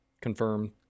Confirmed